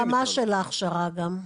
מה הרמה של ההכשרה גם.